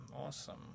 awesome